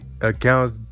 accounts